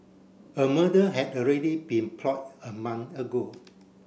a murder had already been plot a month ago